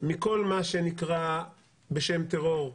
מכל מה שנקרא בשם טרור.